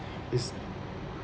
it's